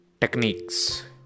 techniques